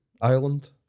Ireland